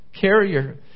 carrier